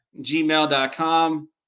gmail.com